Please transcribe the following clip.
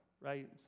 right